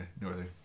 Northern